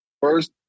first